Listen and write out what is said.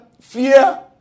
fear